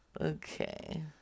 okay